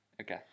Okay